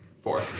Four